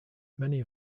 many